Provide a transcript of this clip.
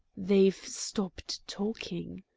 they've stopped talking,